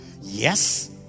Yes